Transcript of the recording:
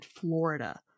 Florida